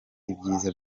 ibyiza